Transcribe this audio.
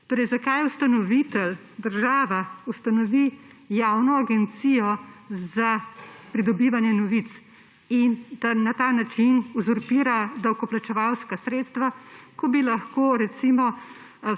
o tem. Zakaj ustanovitelj, država, ustanovi javno agencijo za pridobivanje novic in na ta način uzurpira davkoplačevalska sredstva, ko bi lahko recimo